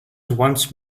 once